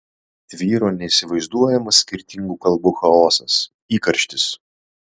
tvyro neįsivaizduojamas skirtingų kalbų chaosas įkarštis